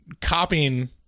copying